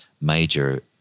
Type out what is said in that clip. major